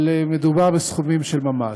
אבל מדובר בסכומים של ממש.